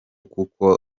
kuko